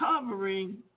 covering